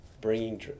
bringing